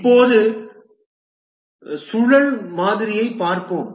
இப்போது சுழல் மாதிரியைப் பார்ப்போம்